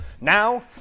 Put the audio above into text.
Now